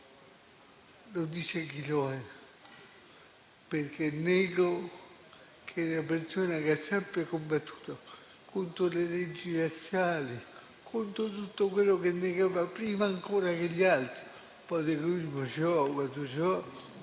lo dice chi lo è, perché nego che una persona che ha sempre combattuto contro le leggi razziali e contro tutto quello che negava, prima ancora che gli altri (un po' di egoismo *ce vo'*, quando *ce